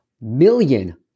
million